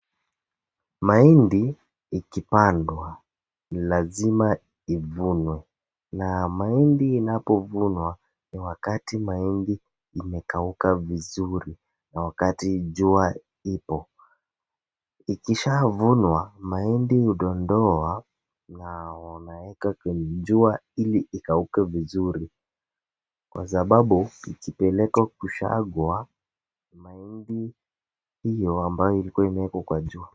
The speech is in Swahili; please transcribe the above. Mahindi ikipandwa, ni lazima ivunwe. Na mahindi inapovunwa ni wakati mahindi imekauka vizuri na wakati jua ipo. Ikisha vunwa mahindi hudondoa na unaweka kwenye jua ili ikauke vizuri, kwa sababu ikipelekwa kusagwa, mahindi hiyo ambayo ilikuwa imewekwa kwa jua.